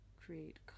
create